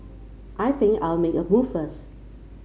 I think I'll make a move first